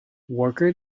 worker